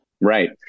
Right